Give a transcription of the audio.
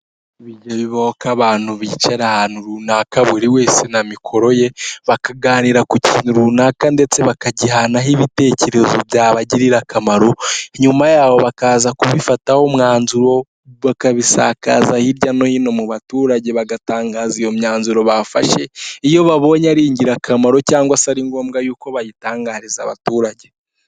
Bijya bibaho ko abantu bicara ahantu runaka buri wese na mikoro ye, bakaganira ku kintu runaka ndetse bakagihanaho ibitekerezo byabagirira akamaro, nyuma yabo bakaza kubifataho umwanzuro bakabisakaza hirya no hino mu baturage bagatangaza iyo myanzuro bafashe, iyo babonye ari ingirakamaro cyangwa se ari ngombwa ko bayitangariza abaturage.